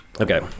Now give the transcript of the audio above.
Okay